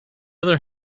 other